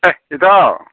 ꯑꯦ ꯏꯇꯥꯎ